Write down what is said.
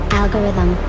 algorithm